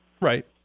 Right